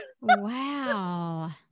Wow